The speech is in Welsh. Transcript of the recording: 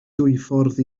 dwyffordd